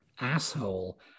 asshole